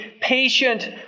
patient